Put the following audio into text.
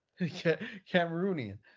Cameroonian